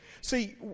See